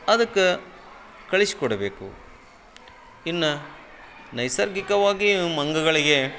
ಅದಕ್ಕೆ ಕಳಿಸಿ ಕೊಡಬೇಕು ಇನ್ನು ನೈಸರ್ಗಿಕವಾಗಿ ಮಂಗಗಳಿಗೆ